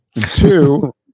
Two